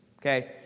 okay